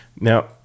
Now